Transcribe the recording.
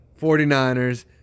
49ers